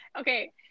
Okay